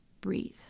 breathe